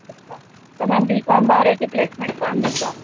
अच्छा त ma'am B com वारे खे प्लेसमेंट कोन्ह ॾींदा